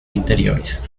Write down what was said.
interiores